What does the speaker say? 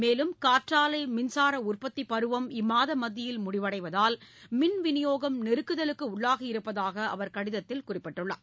மேலும் காற்றாலை மின்சார உற்பத்திப்பருவம் இம்மாத மத்தியில் முடிவடைவதால் மின் விநியோகம் நெருக்குதலுக்கு உள்ளாகியிருப்பதாக அவர் அக்கடிதத்தில் குறிப்பிட்டுள்ளார்